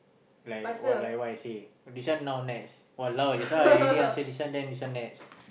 like what like what I said this one now next !walao! just now I already answer this one then this one next